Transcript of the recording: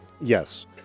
Yes